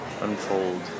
unfold